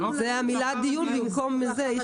אני רק